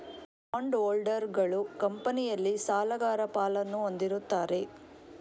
bond ಹೋಲ್ಡರುಗಳು ಕಂಪನಿಯಲ್ಲಿ ಸಾಲಗಾರ ಪಾಲನ್ನು ಹೊಂದಿರುತ್ತಾರೆ